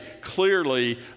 clearly